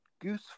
goose